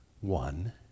one